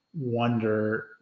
wonder